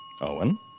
Owen